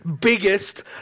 biggest